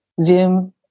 Zoom